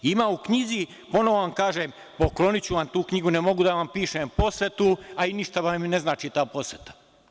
Ima u knjizi, ponovo vam kažem, pokloniću vam tu knjigu, ne mogu da vam pišem posvetu, a ništa vam i ne znači ta posveta.